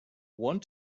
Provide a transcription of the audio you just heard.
want